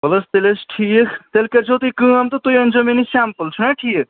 وَلہٕ حظ تیٚلہِ حظ چھُ ٹھیٖک تیٚلہِ کٔرزیو تُہۍ کٲم تہٕ تُہۍ أنزیو مےٚ نِش سٮ۪مپٕل چھُنَہ ٹھیٖک